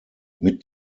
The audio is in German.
mit